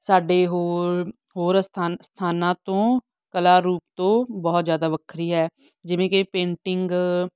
ਸਾਡੇ ਹੋਰ ਹੋਰ ਸਥਾ ਸਥਾਨਾਂ ਤੋਂ ਕਲਾ ਰੂਪ ਤੋਂ ਬਹੁਤ ਜ਼ਿਆਦਾ ਵੱਖਰੀ ਹੈ ਜਿਵੇਂ ਕਿ ਪੇਂਟਿੰਗ